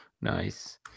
Nice